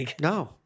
No